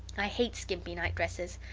i hate skimpy night-dresses.